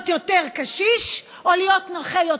להיות יותר קשיש או להיות נכה יותר?